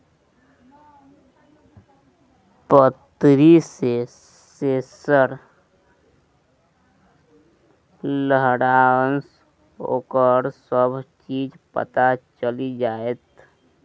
पतरी मे सेंसर रहलासँ ओकर सभ चीज पता चलि जाएत